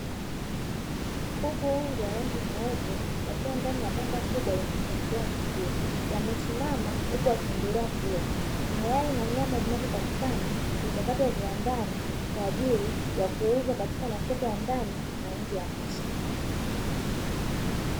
Kuku wengi wa rangi nyeupe wakiwa ndani ya banda kubwa lenye mpangilio mzuri, wamesimama huku wakiendelea kula. Mayai na nyama zinazopatikana huchakatwa kiwandani kwa ajili ya kuuzwa Katika masoko ya ndani na nje ya nchi.